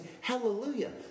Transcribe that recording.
hallelujah